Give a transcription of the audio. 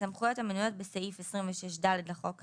הסמכויות המנויות בסעיף 26ד לחוק האמור,